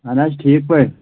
اَہن حظ ٹھیٖک پأٹھۍ